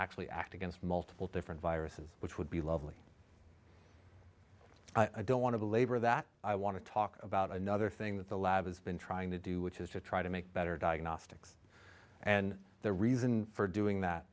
actually act against multiple different viruses which would be lovely i don't want to labor that i want to talk about another thing that the lab has been trying to do which is to try to make better diagnostics and the reason for doing that